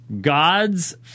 God's